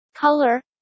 color